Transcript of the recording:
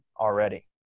already